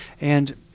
And-